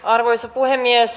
arvoisa puhemies